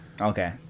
Okay